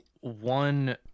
one